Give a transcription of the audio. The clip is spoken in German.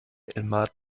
elmar